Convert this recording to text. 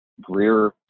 Greer